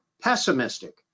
pessimistic